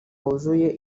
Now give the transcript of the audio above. wuzuye